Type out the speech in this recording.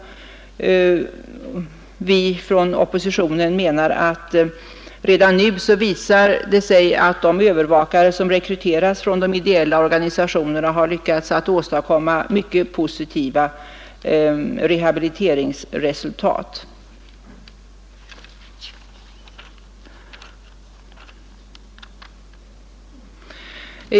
Vi från oppositionen menar att det redan nu visat sig att de övervakare som rekryteras från de ideella organisationerna har lyckats åstadkomma mycket positiva rehabiliteringsresultat.